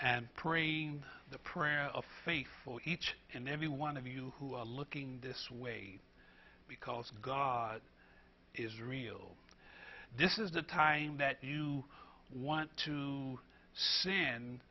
and pray the prayer of faith for each and every one of you who are looking this way because god is real this is the time that you want to se